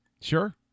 Sure